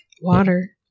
Water